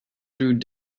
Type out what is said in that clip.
through